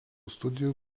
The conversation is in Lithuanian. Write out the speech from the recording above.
studijų